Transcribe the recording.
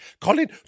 Colin